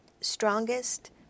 strongest